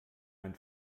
mein